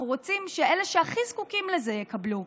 אנחנו רוצים שאלה שהכי זקוקים לזה יקבלו.